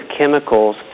chemicals